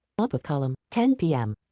top of column, ten pm.